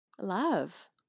Love